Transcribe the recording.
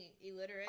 illiterate